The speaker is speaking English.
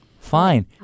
fine